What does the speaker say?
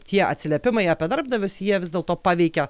tie atsiliepimai apie darbdavius jie vis dėlto paveikia